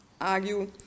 argue